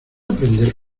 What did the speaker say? aprender